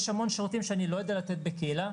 יש המון שירותים שאני לא יודע לתת בקהילה,